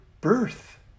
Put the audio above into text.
birth